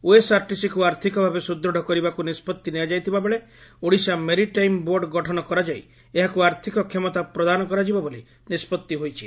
ଓଏସଆରଟିସିକୁ ଆର୍ଥିକଭାବେ ସୁଦୃଢ କରିବାକୁ ନିଷ୍ବଉି ନିଆଯାଇଥିବାବେଳେ ଓଡିଶା ମେରିଟାଇମ୍ ବୋର୍ଡ ଗଠନ କରାଯାଇ ଏହାକୁ ଆର୍ଥିକ କ୍ଷମତା ପ୍ରଦାନ କରାଯିବ ବୋଲି ନିଷ୍ବତ୍ତି ହୋଇଛି